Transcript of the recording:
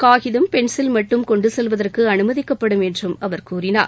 காகிதம் பென்சில் மட்டும் கொண்டு செல்வதற்கு அனுமதிக்கப்படும் என்றும் அவர் கூறினார்